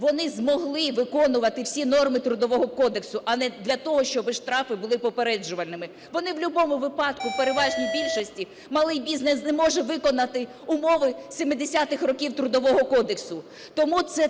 вони змогли виконувати всі норми Трудового кодексу, а не для того, щоб штрафи були попереджувальними. Вони в любому випадку у переважній більшості, малий бізнес не може виконати умови 70-х років Трудового кодексу. Тому це